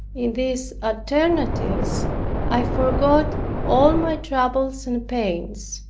in these alternatives i forgot all my troubles and pains.